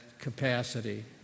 capacity